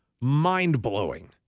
mind-blowing